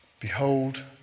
Behold